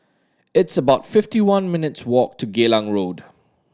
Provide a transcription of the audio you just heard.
it's about fifty one minutes' walk to Geylang Road